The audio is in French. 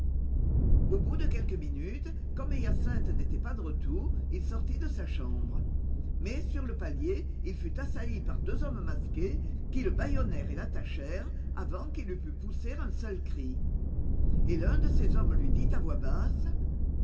au bout de quelques minutes comme hyacinthe n'était pas de retour il sortit de sa chambre mais sur le palier il fut assailli par deux hommes masqués qui le bâillonnèrent et l'attachèrent avant qu'il eût pu pousser un seul cri et l'un de ces hommes lui dit à voix basse